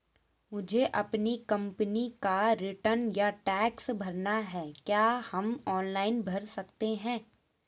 मुझे अपनी कंपनी का रिटर्न या टैक्स भरना है क्या हम ऑनलाइन भर सकते हैं?